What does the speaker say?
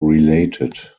related